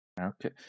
Okay